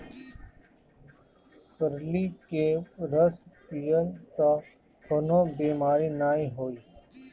करइली के रस पीयब तअ कवनो बेमारी नाइ होई